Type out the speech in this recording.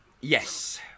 Yes